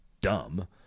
dumb